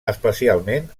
especialment